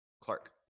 clark